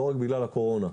לא רק בגלל הקורונה,